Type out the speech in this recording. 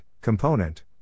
component